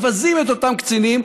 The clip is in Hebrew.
מבזים את אותם קצינים,